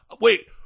Wait